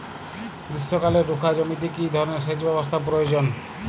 গ্রীষ্মকালে রুখা জমিতে কি ধরনের সেচ ব্যবস্থা প্রয়োজন?